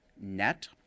net